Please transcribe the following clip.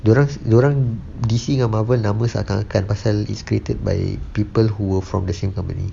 dia orang dia orang D_C ke Marvel nama akan pasar is created by people who were from the same company